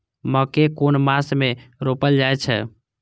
मकेय कुन मास में रोपल जाय छै?